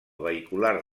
vehicular